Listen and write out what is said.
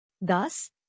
Thus